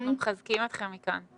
אנחנו מחזקים אתכם מכאן.